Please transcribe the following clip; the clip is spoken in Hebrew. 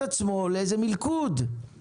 זה צעד שנעשה לטובת האוכלוסיות המוחלשות.